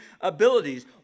abilities